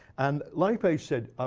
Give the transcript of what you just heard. and like they said,